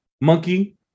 monkey